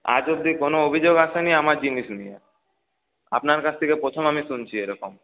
আজ অবধি কোনো অভিযোগ আসেনি আমার জিনিস নিয়ে আপনার কাছ থেকে প্রথম আমি শুনছি এরকম